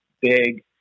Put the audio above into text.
big